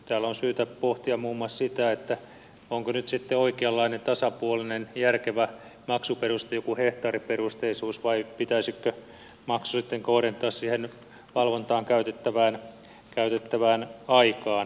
täällä on syytä pohtia muun muassa sitä onko nyt sitten oikeanlainen tasapuolinen ja järkevä maksuperuste joku hehtaariperusteisuus vai pitäisikö maksu sitten kohdentaa siihen valvontaan käytettävään aikaan